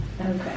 Okay